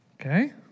Okay